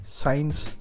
science